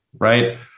right